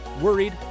worried